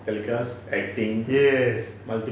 yes